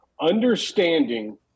understanding